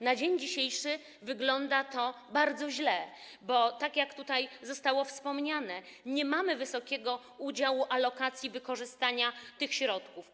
Na dzień dzisiejszy wygląda to bardzo źle, bo tak jak tutaj zostało to wspomniane, nie mamy wysokiego udziału alokacji wykorzystania tych środków.